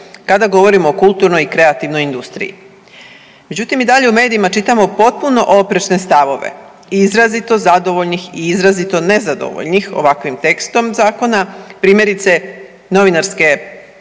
kada govorimo o kulturnoj i kreativnoj industriji. Međutim i dalje u medijima čitamo potpuno oprečne stavove izrazito zadovoljnih i izrazito nezadovoljnih ovakvim tekstom zakona primjerice novinarske struke